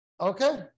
Okay